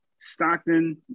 Stockton